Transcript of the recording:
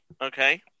Okay